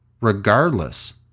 regardless